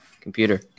computer